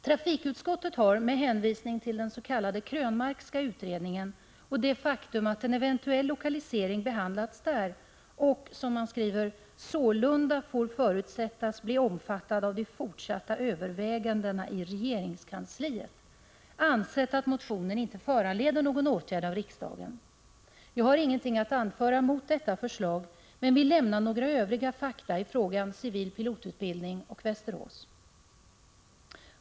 Trafikutskottet har, med hänvisning till den s.k. Krönmarkska utredningen och det faktum att en eventuell lokalisering behandlats där och ”sålunda får förutsättas bli omfattad av de fortsatta övervägandena i regeringskansliet”, ansett att motionen inte bör föranleda någon åtgärd av riksdagen. Jag har ingenting att anföra mot detta förslag, men vill lämna några övriga fakta i frågan civil pilotutbildning och Västerås.